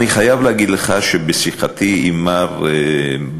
אני חייב להגיד לך שבשיחתי עם מר בר